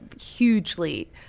hugely